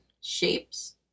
shapes